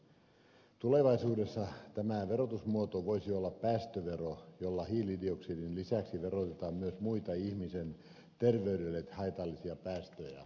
tulevaisuudessa tämä verotusmuoto voisi olla päästövero jolla hiilidioksidin lisäksi verotetaan myös muita ihmisen terveydelle haitallisia päästöjä